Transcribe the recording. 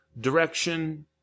direction